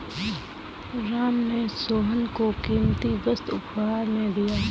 राम ने सोहन को कीमती वस्तु उपहार में दिया